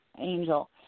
angel